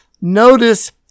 Notice